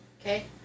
Okay